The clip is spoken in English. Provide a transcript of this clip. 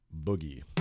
Boogie